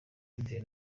bitewe